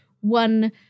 one